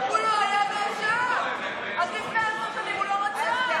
הוא לא היה נאשם, אז לפני עשר שנים הוא לא רצה.